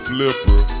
Flipper